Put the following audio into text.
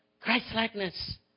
Christ-likeness